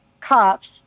cops